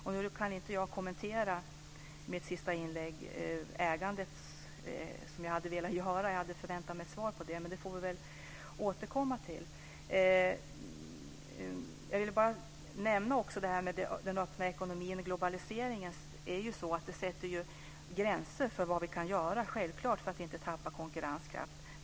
Jag hade velat kommentera den fråga jag ställde om ägandet i mitt förra inlägg, men det kan jag inte nu. Jag hade väntat mig ett svar på den. Vi får väl återkomma till detta. Jag vill också nämna något om den öppna ekonomin och globaliseringen. De sätter ju självklart gränser för vad vi kan göra för att inte tappa konkurrenskraft.